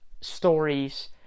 stories